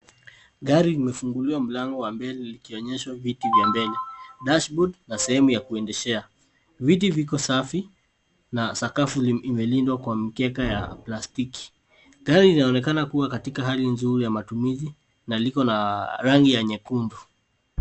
Gari imefunguliwa mlango wa mbele likonyesha viti vya mbele, dashboard na sehemu ya kuendeshea. Viti viko safi na sakafu imelindwa kwa mkeka ya plastiki. Gari linaonekana kuwa katika hali nzuri ya matumizi na liko na rangi ya nyekundu.